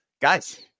Guys